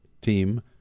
team